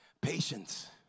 Patience